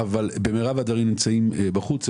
אבל מרב הדברים עדיין בחוץ.